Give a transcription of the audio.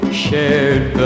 shared